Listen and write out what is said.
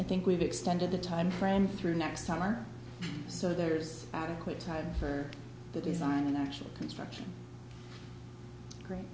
i think we've extended the time frame through next summer so there's adequate time for the design and actual construction